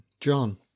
John